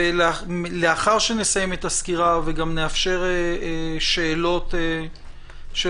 לאחר שנסיים את הסקירה וגם נאפשר שאלות של